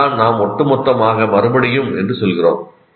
இதைத்தான் நாம் ஒட்டுமொத்தமாக மறுபடியும் என்று சொல்கிறோம்